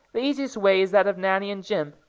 the easiest way is that of nanny and jim,